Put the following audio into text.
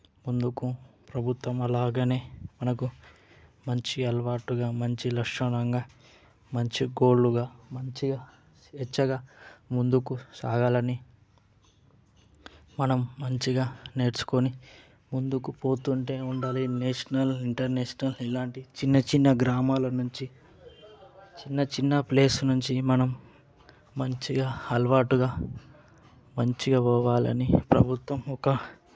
ముందుకు ప్రభుత్వం అలాగనే మనకు మంచి అలవాటుగా మంచి లక్షణంగా మంచి గోల్లుగా మంచిగా స్వేచ్ఛగా ముందుకు సాగాలని మనం మంచిగా నేర్సుకొని ముందుకు పోతుంటే ఉండాలి నేషనల్ ఇంటర్నేషనల్ ఇలాంటి చిన్న చిన్న గ్రామాల నుంచి చిన్న చిన్న ప్లేస్ నుంచి మనం మంచిగా అలవాటుగా మంచిగా పోవాలని ప్రభుత్వం ఒక